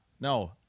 no